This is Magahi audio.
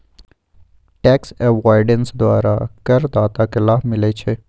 टैक्स अवॉइडेंस द्वारा करदाता के लाभ मिलइ छै